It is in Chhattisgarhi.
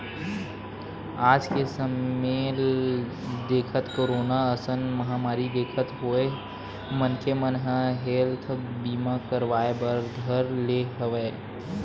आज के समे ल देखत, कोरोना असन महामारी देखत होय मनखे मन ह हेल्थ बीमा करवाय बर धर ले हवय